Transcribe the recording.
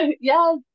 yes